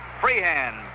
Freehand